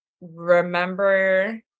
remember